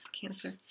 Cancer